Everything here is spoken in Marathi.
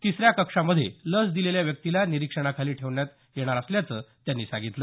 तिसऱ्या कक्षामध्ये लस दिलेल्या व्यक्तीला निरीक्षणाखाली ठेवण्यात येणार असल्याचं त्यांनी सांगितलं